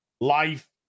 Life